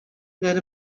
that